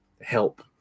help